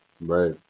Right